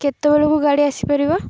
କେତେବେଳ କୁ ଗାଡ଼ି ଆସିପାରିବ